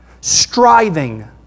striving